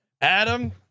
Adam